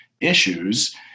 issues